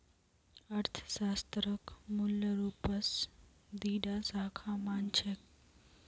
अर्थशास्त्रक मूल रूपस दी टा शाखा मा न छेक